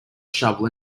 shovel